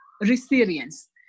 resilience